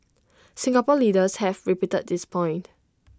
Singapore leaders have repeated this point